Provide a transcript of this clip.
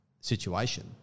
situation